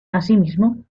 asimismo